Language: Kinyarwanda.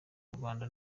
rwanda